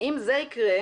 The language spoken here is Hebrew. אם זה יקרה,